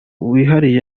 wihariye